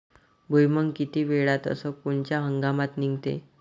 भुईमुंग किती वेळात अस कोनच्या हंगामात निगते?